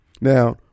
Now